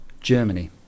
germany